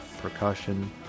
percussion